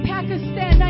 Pakistan